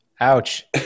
Ouch